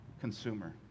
consumer